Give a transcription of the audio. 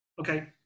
Okay